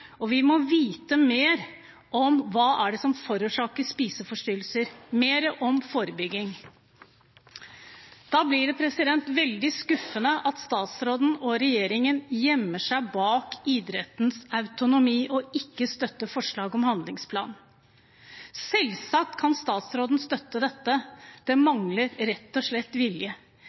og vi må vite mer om hva som forårsaker spiseforstyrrelser, mer om forebygging. Da blir det veldig skuffende at statsråden og regjeringen gjemmer seg bak idrettens autonomi og ikke støtter forslaget om handlingsplan. Selvsagt kan statsråden støtte dette. Det mangler rett og slett vilje.